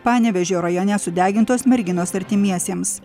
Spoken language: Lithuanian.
panevėžio rajone sudegintos merginos artimiesiems